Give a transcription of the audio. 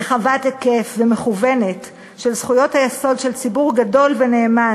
רחבת היקף ומכוונת של זכויות היסוד של ציבור גדול ונאמן,